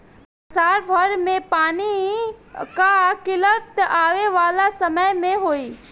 संसार भर में पानी कअ किल्लत आवे वाला समय में होई